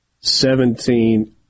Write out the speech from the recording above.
seventeen